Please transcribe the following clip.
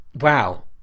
wow